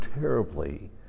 terribly